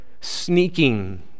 sneaking